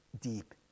deep